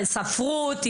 ספרות,